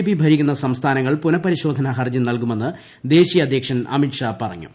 പ്പി ഭരിക്കുന്ന സംസ്ഥാനങ്ങൾ പുനഃപരിശോധനാ ഹർജീ നൽകുമെന്ന് ദേശീയ അധ്യക്ഷൻ അമിത്ഷാ പറഞ്ഞു